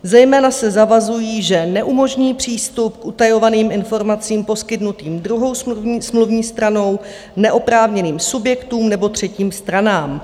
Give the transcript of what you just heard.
Zejména se zavazují, že neumožní přístup k utajovaným informacím poskytnutým druhou smluvní stranou neoprávněným subjektům nebo třetím stranám.